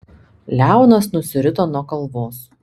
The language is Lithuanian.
leonas nusirito nuo kalvos